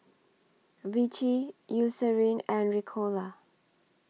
Vichy Eucerin and Ricola